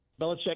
Belichick